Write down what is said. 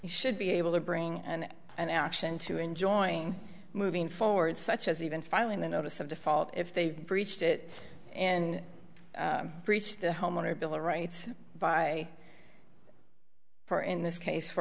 you should be able to bring and an action to enjoying moving forward such as even filing the notice of default if they've breached it and breached the homeowner bill of rights by far in this case for